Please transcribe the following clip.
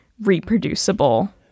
reproducible